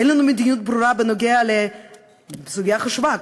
אין לנו מדיניות ברורה בנוגע לסוגיה חשובה,